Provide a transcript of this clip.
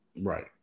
Right